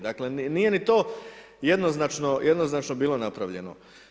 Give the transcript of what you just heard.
Dakle, nije ni to jednoznačno bilo napravljeno.